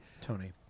Tony